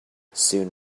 soon